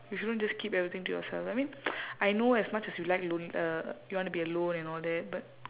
you shouldn't just keep everything to yourself I mean I know as much as you like lone~ uh you wanna be alone and all that but